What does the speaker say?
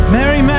Mary